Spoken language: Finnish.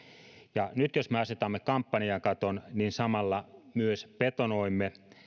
ja nyt jos me asetamme kampanjakaton niin samalla myös betonoimme